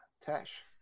Tash